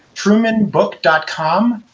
trumanbook dot com.